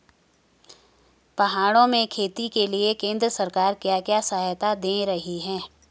पहाड़ों में खेती के लिए केंद्र सरकार क्या क्या सहायता दें रही है?